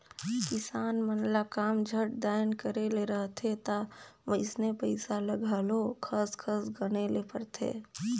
किसान मन ल काम झट दाएन करे ले रहथे ता वइसने पइसा ल घलो खस खस गने ले परथे